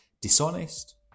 dishonest